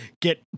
get